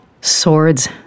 Swords